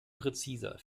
präziser